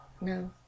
No